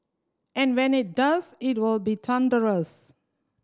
and when it does it will be thunderous